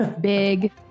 big